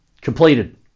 completed